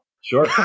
sure